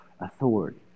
authority